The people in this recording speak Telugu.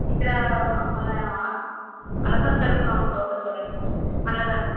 ఇక్కడా మనా అన్న సంతర్పణ ఉంట అవుతుంది కదండి అన్నదానం